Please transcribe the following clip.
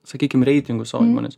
sakykim reitingus savo įmonės